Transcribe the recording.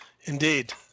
indeed